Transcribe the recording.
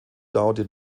dauerte